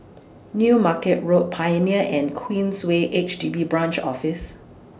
New Market Road Pioneer and Queensway H D B Branch Office